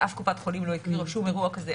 ואף קופת חולים לא הכירה שום אירוע כזה,